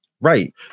right